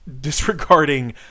Disregarding